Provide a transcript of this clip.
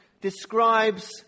describes